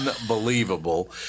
unbelievable